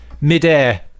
mid-air